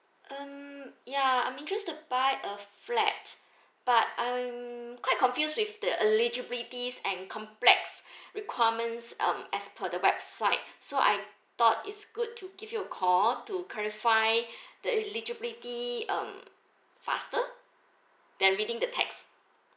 um ya I'm interested to buy a flat but I'm quite confuse with the eligibilities and complex requirements um as per the website so I thought it's good to give you call to clarify the eligibility um faster than reading the text